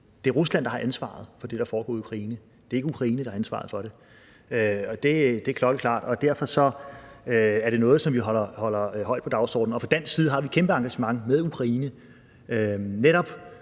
Det er Rusland, der har ansvaret for det, der er foregået i Ukraine. Det er ikke Ukraine, der har ansvaret for det. Det er klokkeklart, og derfor er det noget, som vi sætter højt på dagsordenen. Fra dansk side har vi et kæmpe engagement med Ukraine netop